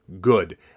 good